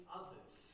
others